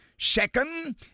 Second